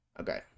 Okay